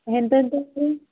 ಎಂತೆಂಥದ್ ರೀ